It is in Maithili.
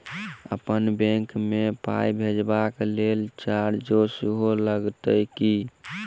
अप्पन बैंक मे पाई भेजबाक लेल चार्ज सेहो लागत की?